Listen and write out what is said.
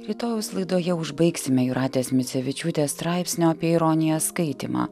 rytojaus laidoje užbaigsime jūratės micevičiūtės straipsnio apie ironiją skaitymą